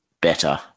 better